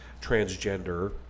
transgender